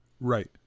right